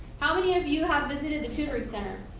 how many of you have visited the tutoring center?